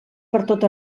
pertot